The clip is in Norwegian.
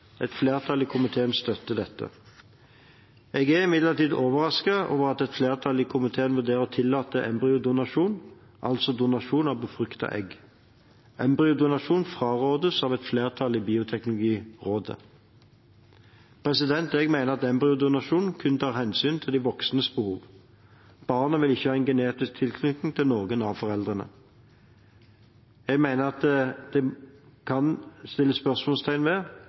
Et flertall i komiteen støtter dette. Jeg er imidlertid overrasket over at et flertall i komiteen vurderer å tillate embryodonasjon, altså donasjon av befruktet egg. Embryodonasjon frarådes av et flertall i Bioteknologirådet. Jeg mener at embryodonasjon kun tar hensyn til de voksnes behov. Barnet vil ikke ha en genetisk tilknytning til noen av foreldrene. Jeg mener det kan settes spørsmålstegn ved